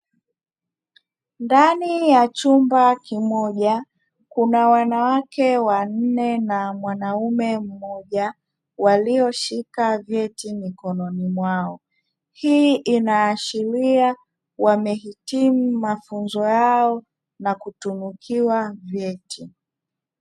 Ndani ya chumba kimoja kuna wanawake wanne na mwanaume mmoja walioshika vyeti mikononi mwao. Hii inaashiria wamehitimu mafunzo yao na kutunukiwa vyeti.